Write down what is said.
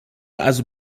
also